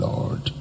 Lord